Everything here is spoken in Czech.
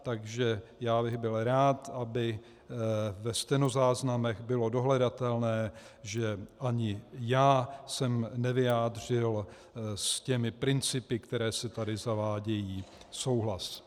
Takže bych byl rád, aby ve stenozáznamech bylo dohledatelné, že ani já jsem nevyjádřil s těmi principy, které se tady zavádějí, souhlas.